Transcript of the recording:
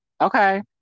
okay